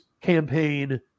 campaign